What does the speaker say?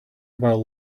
about